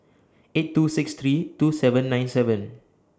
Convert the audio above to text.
eight two six three two seven nine seven